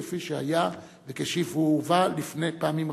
כפי שהיה וכפי שהובא פעמים רבות.